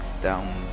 down